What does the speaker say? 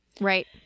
Right